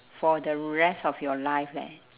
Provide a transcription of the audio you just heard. for the rest of your life leh